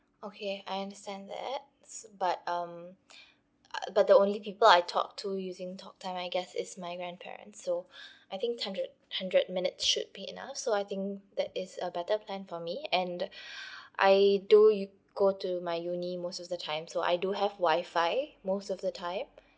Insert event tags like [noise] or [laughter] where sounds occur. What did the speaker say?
okay I understand that s~ but um [breath] uh but the only people I talk to using talk time I guess is my grandparents so [breath] I think hundred hundred minutes should be enough so I think that is a better plan for me and [breath] I do you go to my uni most of the time so I do have wi-fi most of the time